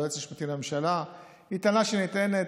היועץ המשפטי לממשלה היא טענה שנטענת,